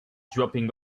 dropping